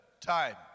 time